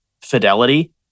fidelity